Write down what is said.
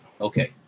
Okay